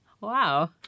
Wow